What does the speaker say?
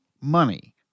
money